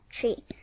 tree